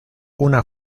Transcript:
una